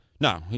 No